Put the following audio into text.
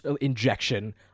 injection